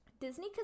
Disney